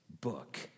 book